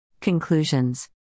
Conclusions